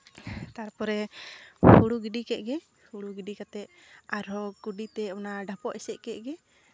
ᱛᱟᱨᱯᱚᱨᱮ ᱦᱩᱲᱩ ᱜᱤᱰᱤ ᱠᱮᱫᱜᱮ ᱦᱩᱲᱩ ᱜᱤᱰᱤ ᱠᱟᱛᱮᱜ ᱟᱨᱦᱚᱸ ᱠᱩᱰᱤᱛᱮ ᱚᱱᱟ ᱰᱷᱟᱯᱚᱜ ᱮᱥᱮᱫ ᱠᱮᱫᱜᱮ